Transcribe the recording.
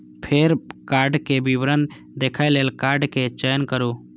फेर कार्डक विवरण देखै लेल कार्डक चयन करू